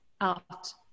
out